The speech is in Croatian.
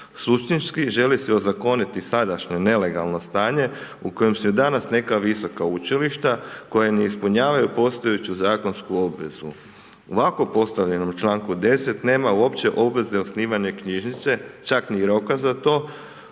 Suštinski želi se ozakoniti sadašnje nelegalno stanje u kojem su i danas neka visoka učilišta koja ne ispunjavaju postojeću zakonsku obvezu. U ovako postavljenom članku 10. nema uopće obveze osnivanja knjižnice, čak ni roka za,